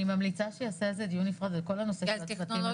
אני ממליצה שנעשה על זה דיון נפרד על כל הנושא של הטכנולוגיים.